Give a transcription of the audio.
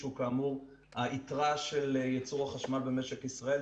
שהוא כאמור היתרה של ייצור החשמל במשק ישראל,